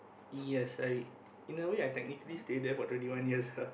yes I in a way I technically stay there for twenty one years ah